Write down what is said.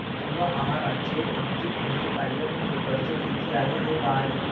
ऋण आहाराचे अगदी पहिले कार्य म्हणजे कर्ज किती आहे हे पाहणे